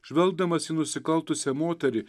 žvelgdamas į nusikaltusią moterį